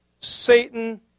Satan